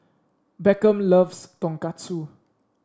Beckham loves Tonkatsu